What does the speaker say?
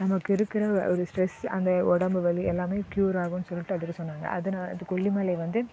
நமக்கு இருக்கிற ஒரு ஸ்ட்ரெஸு அந்த உடம்பு வலி எல்லாமே க்யூர் ஆகுன்னு சொல்லிட்டு அதில் சொன்னாங்க அதுனால் அது கொல்லிமலை வந்து